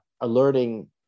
alerting